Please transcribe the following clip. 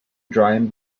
drawing